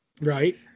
Right